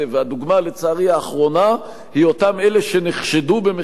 האחרונה היא אותם אלה שנחשדו במכירת בית-המכפלה.